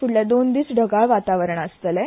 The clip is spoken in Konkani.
फूडले दोन दीस ढगाळ वातावरण आतलें